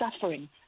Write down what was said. suffering